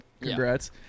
Congrats